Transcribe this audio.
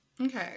Okay